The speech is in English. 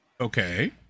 Okay